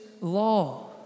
law